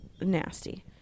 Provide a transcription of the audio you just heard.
nasty